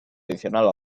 adicional